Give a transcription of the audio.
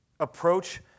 Approach